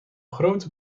grote